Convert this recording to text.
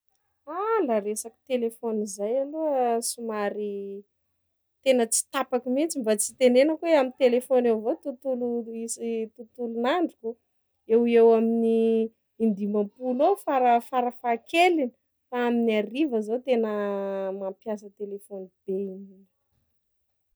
Ah la resaky telefône zao aloha somary tena tsy tapaky mitsy mba tsy itenenenako hoe aminy telefôny avao tontolo roy isy- tontolon'androko, eo eo amin'ny in-dimampolo eo fara- farafahakeliny, fa amin'ny hariva zao tena mampiasa telefôny be.